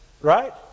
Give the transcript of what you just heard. Right